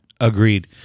Agreed